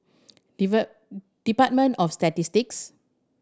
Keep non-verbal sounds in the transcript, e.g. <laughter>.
<unintelligible> Department of Statistics